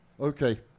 Okay